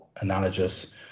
analogous